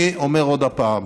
אני אומר עוד הפעם: